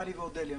טל ואודליה,